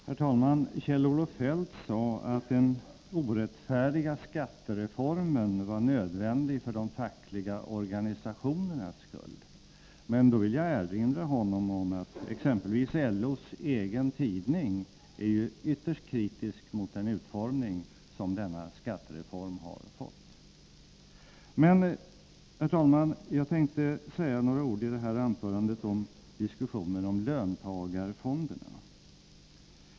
Herr talman! Kjell-Olof Feldt sade att den orättfärdiga skattereformen var nödvändig för de fackliga organisationernas skull. Men då vill jag erinra honom om att exempelvis LO:s egen tidning är ytterst kritisk mot den utformning som denna skattereform har fått. Men, herr talman, jag tänker i det här anförandet säga några ord om diskussionerna om löntagarfonderna.